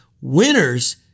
Winners